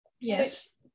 Yes